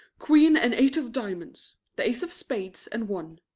queen, and eight of diamonds, the ace of spades and one,